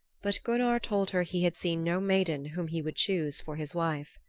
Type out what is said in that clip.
but gunnar told her he had seen no maiden whom he would choose for his wife.